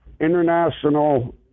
international